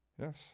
yes